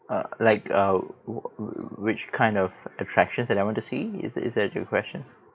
uh like uh wh~ w~ which kind of attraction that I want to see is is that your question